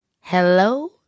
Hello